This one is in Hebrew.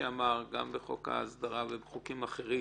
שאמר גם בחוק ההסדרה ובחוקים אחרים